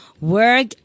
work